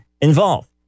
involved